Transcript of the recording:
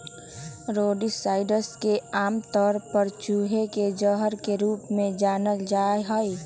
rodenticides के आमतौर पर चूहे के जहर के रूप में जानल जा हई